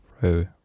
row